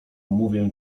mówię